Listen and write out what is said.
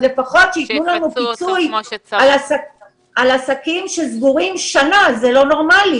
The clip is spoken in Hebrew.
לפחות שייתנו לנו פיצוי על עסקים שסגורים שנה - זה לא נורמלי